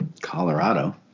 Colorado